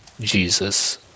Jesus